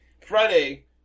Friday